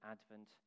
Advent